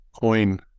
coin